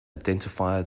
identify